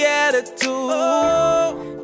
attitude